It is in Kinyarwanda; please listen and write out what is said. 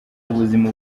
ubuzima